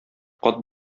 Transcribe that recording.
кат